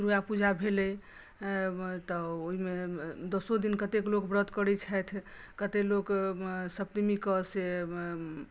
दुर्गापूजा भेलै तऽ ओहिमे दसो दिन कतेक लोक व्रत करै छथि कतेक लोक सप्तमी कऽ से